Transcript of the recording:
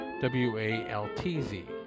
w-a-l-t-z